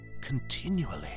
continually